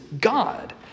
God